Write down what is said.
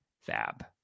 fab